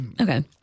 Okay